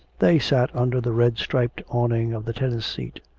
they sat under the red-striped awning of the tennis seat.